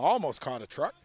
almost kind of truck